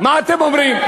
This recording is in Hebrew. מה אתם אומרים?